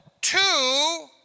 Two